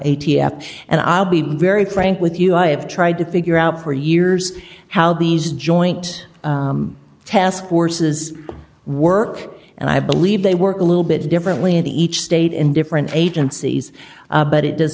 f and i'll be very frank with you i have tried to figure out for years how these joint task forces work and i believe they work a little bit differently in each state in different agencies but it does